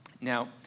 Now